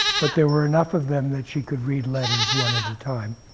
but there were enough of them that she could read letters one at a time.